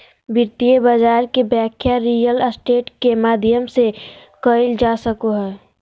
वित्तीय बाजार के व्याख्या रियल स्टेट के माध्यम से कईल जा सको हइ